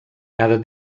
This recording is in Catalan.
cada